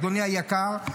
אדוני היקר,